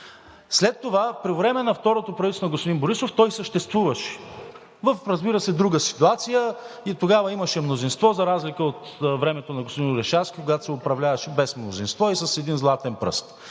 След това – по време на второто правителство на господин Борисов той съществуваше, разбира се, в друга ситуация. И тогава имаше мнозинство, за разлика от времето на господин Орешарски, когато се управляваше без мнозинство и с един златен пръст.